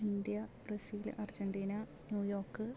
India Brazil Argentina New York